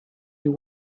you